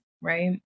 right